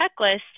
checklist